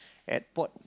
airport